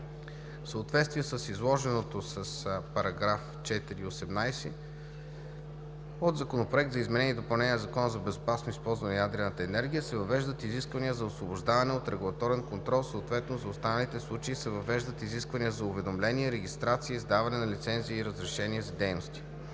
В съответствие с изложеното с § 4 и § 18 от Законопроекта за изменение и допълнение на Закона за безопасно използване на ядрената енергия се въвеждат изисквания за освобождаване от регулаторен контрол, съответно за останалите случаи се въвеждат изисквания за уведомление, регистрация, издаване на лицензи и разрешения за дейности.